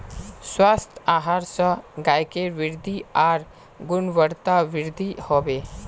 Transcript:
स्वस्थ आहार स गायकेर वृद्धि आर गुणवत्तावृद्धि हबे